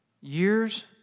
Years